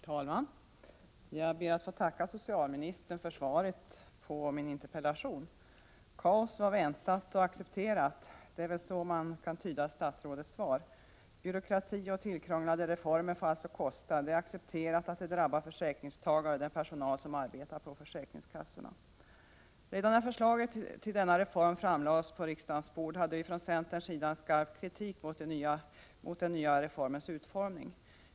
Herr talman! Jag ber att få tacka socialministern för svaret på min interpellation. Kaos var väntat och accepteras — det är väl så man kan tyda statsrådets svar. Byråkrati och tillkrånglande reformer får alltså kosta, det är accepterat att det drabbar försäkringstagare och den personal som arbetar på försäkringskassorna. Redan när förslaget till denna reform framlades på riksdagens bord hade vi från centerns sida riktat en skarp kritik mot den nya reformens utformning.